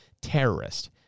terrorist